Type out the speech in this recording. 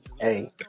hey